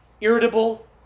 irritable